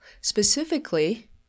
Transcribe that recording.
Specifically